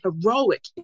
heroic